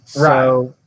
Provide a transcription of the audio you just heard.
Right